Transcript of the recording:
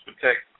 protect